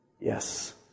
Yes